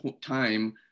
time